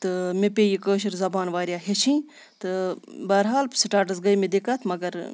تہٕ مےٚ پے یہِ کٲشِر زبان واریاہ ہیٚچھٕنۍ تہٕ بَحرحال سٹاٹَس گٔے مےٚ دِقَت مگر